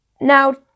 Now